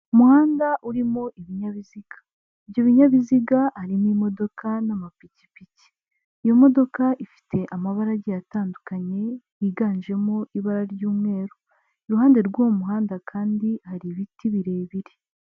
Umuhanda urimo ibinyabiziga, ibyo binyabiziga harimo imodoka n'amapikipiki, iyo modoka ifite amabara agiye atandukanye yiganjemo ibara ry'umweru, iruhande rw'uwo muhanda kandi hari ibiti birebire.